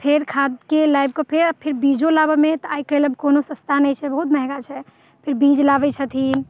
फेर खादके लाबिके फेर बीजो लाबैमे तऽ आइ काल्हि कोनो सस्ता नहि छै बहुत महंगा छै फिर बीज लाबैत छथिन